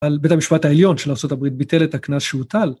על בית המשפט העליון של ארה״ב ביטל את הקנס שהוטל